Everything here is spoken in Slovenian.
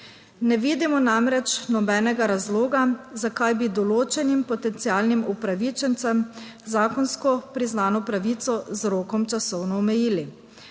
Ne vidimo namreč nobenega razloga, zakaj bi določenim potencialnim upravičencem zakonsko priznano pravico z rokom časovno omejili.